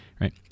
right